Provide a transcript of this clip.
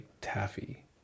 taffy